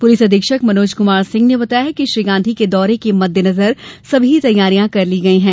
police अधीक्षक मनोज कुमार सिंह ने बताया कि श्री गांधी के दौरे के मद्देनजर सभी तैयारियां कर ली गई हैं